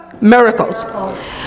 miracles